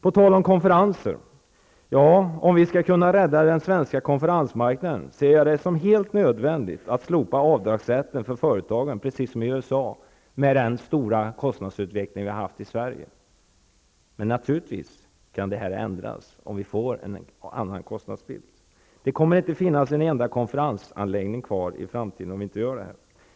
På tal om konferenser: Om vi skall kunna rädda den svenska konferensmarknaden ser jag det som helt nödvändigt att slopa avdragsrätten för företagen, precis som i USA, med den kostnadsutveckling som vi har haft i Sverige. Men naturligtvis kan detta ändras om vi får en annan kostnadsbild. Det kommer inte att finnas en enda konferensanläggning kvar i framtiden om vi inte gör detta.